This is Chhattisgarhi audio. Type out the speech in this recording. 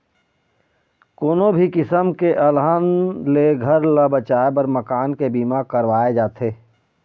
कोनो भी किसम के अलहन ले घर ल बचाए बर मकान के बीमा करवाए जाथे